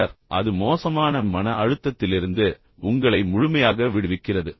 பின்னர் அது மோசமான மன அழுத்தத்திலிருந்து உங்களை முழுமையாக விடுவிக்கிறது